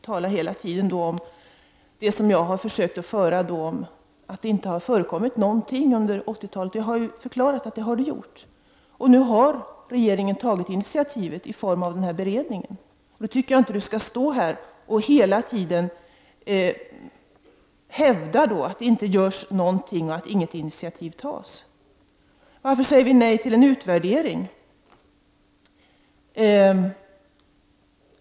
säger Anders Castberger, och han talar hela tiden om att det inte har skett någonting under 80-talet. Jag har ju förklarat att det har det gjort, och nu har regeringen tagit initiativ i form av att tillsätta en beredning. Jag tycker inte att Anders Castberger skall stå här och hela tiden hävda att det inte görs någonting och att inget initiativ tas. Varför säger vi nej till en utvärdering?